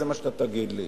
זה מה שאתה תגיד לי.